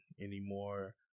anymore